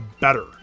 better